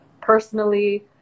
personally